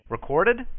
Recorded